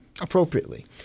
appropriately